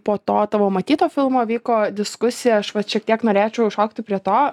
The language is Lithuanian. po to tavo matyto filmo vyko diskusija aš vat šiek tiek norėčiau šokti prie to